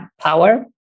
power